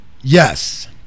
yes